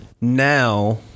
now